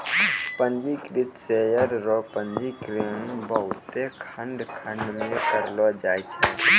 पंजीकृत शेयर रो पंजीकरण बहुते खंड खंड मे करलो जाय छै